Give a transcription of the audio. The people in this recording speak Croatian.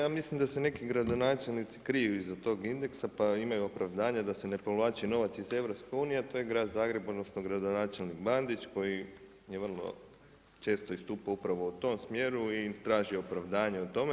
Ja mislim da su neki gradonačelnici krivi za taj indeks pa imaju opravdanja da se ne povlači novac iz EU-a, to je grad Zagreb odnosno gradonačelnik Bandić koji je vrlo često istupao upravo u tom smjeru i traži opravdanje u tome.